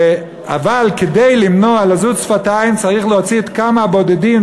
אבל כדי למנוע לזות שפתיים צריך להוציא את כמה הבודדים,